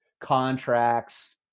contracts